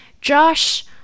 Josh